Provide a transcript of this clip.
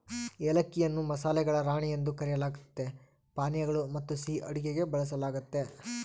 ಏಲಕ್ಕಿಯನ್ನು ಮಸಾಲೆಗಳ ರಾಣಿ ಎಂದು ಕರೆಯಲಾಗ್ತತೆ ಪಾನೀಯಗಳು ಮತ್ತುಸಿಹಿ ಅಡುಗೆಗೆ ಬಳಸಲಾಗ್ತತೆ